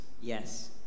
Yes